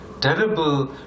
terrible